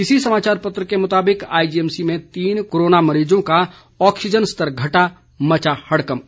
इसी समाचार पत्र के मुताबिक आईजीएमसी में तीन कोरोना मरीजों का ऑक्सीजन स्तर घटा मचा हड़कंप